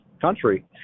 country